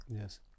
Yes